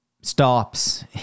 stops